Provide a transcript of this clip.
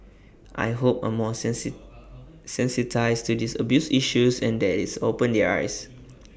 I hope are more sensitised to these abuse issues and that it's opened their eyes